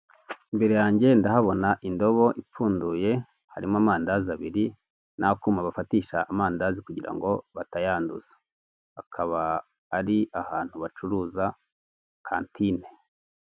Imbere yange ndahabona indobo ipfunduye, harimo amandazi abiri n'akuma bafatisha amandazi kugira ngo batayanduza, akaba ari ahantu bacuruza kantine.